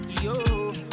yo